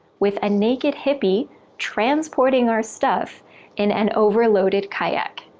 with a naked hippy transporting our stuff in an overloaded kayak.